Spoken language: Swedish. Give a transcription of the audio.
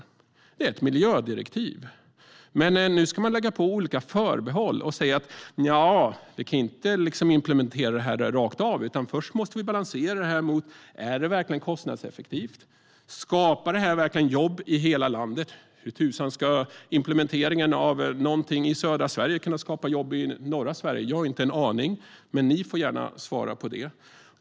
Det är ett miljödirektiv. Nu vill ni lägga till olika förbehåll och säger att vi inte kan implementera direktivet rakt av, utan först måste vi balansera det och se om det verkligen är kostnadseffektivt och om det verkligen skapar jobb i hela landet. Hur tusan ska implementeringen av någonting i södra Sverige kunna skapa jobb i norra Sverige? Jag har inte en aning, men ni får gärna svara på det.